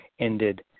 ended